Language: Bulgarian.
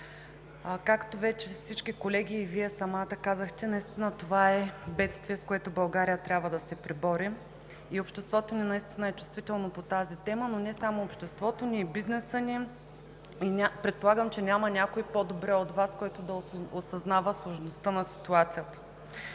Както вече всички колеги, а и Вие самата казахте, това е бедствие, с което България трябва да се пребори. Обществото наистина е чувствително по тази тема – не само обществото, но и бизнесът ни. Предполагам, че няма някой, който по-добре от Вас да осъзнава сложността на ситуацията.